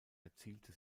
erzielte